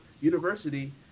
university